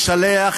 גברתי נאוה בוקר,